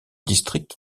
district